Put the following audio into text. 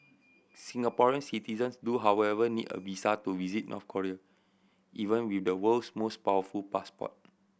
Singaporean citizens do however need a visa to visit North Korea even with the world's most powerful passport